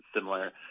similar